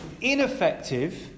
ineffective